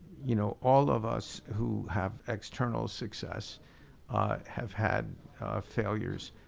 you know all of us who have external success have had failures,